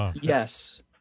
Yes